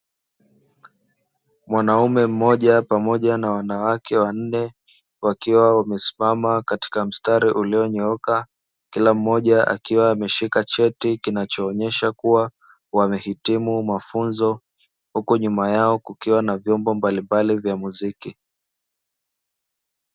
Mwanaume mmoja pamoja na wanawake wa nne wakiwa wamesimama katika mstari uliyonyooka, kila mmoja akiwa ameshika cheti kinachoonyesha kuwa wamehitimu mafunzo huku nyuma yao kukiwa na vyombo mbalimbali vya muziki.